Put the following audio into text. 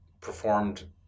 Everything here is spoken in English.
performed